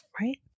Right